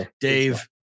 Dave